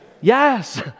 Yes